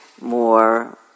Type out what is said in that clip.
more